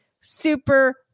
super